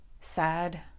sad